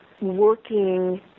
working